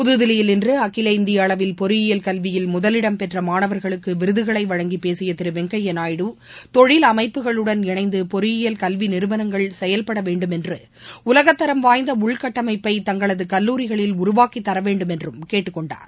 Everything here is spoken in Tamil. புதுதில்லியில் இன்றுஅகில இந்தியஅளவில் பொறியியல் கல்வியில் முதலிடம் பெற்றமாணவர்களுக்குவிருதுகளைவழங்கிபேசியதிருவெங்கய்யாநாயுடு தொழில் அமைப்புகளுடன் இணைந்துபொறியியல் கல்விநிறுவனங்கள் இணைந்துசெயல்படவேண்டும் என்றுஉலகத்தரம் வாய்ந்தஉள்கட்டமைப்ப தங்களதுகல்லூரிகளில் உருவாக்கித்தரவேண்டும் என்றும் கேட்டுக்கொண்டார்